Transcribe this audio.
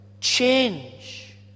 change